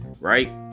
right